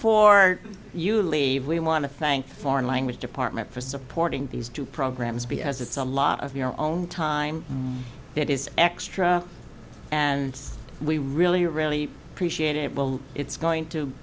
before you leave we want to thank foreign language department for supporting these two programs because it's a lot of your own time that is extra and we really really appreciate it well it's going to